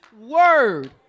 word